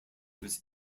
was